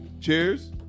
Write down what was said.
cheers